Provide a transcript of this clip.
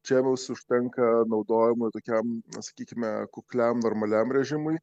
čia mums užtenka naudojimui tokiam sakykime kukliam normaliam režimui